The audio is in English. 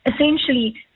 Essentially